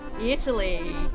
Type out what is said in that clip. Italy